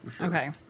Okay